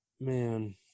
Man